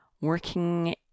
working